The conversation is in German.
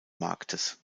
marktes